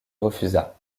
refusa